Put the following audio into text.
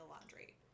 laundry